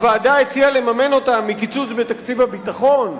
הוועדה הציעה לממן אותם מקיצוץ בתקציב הביטחון,